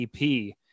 ep